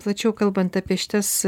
plačiau kalbant apie šitas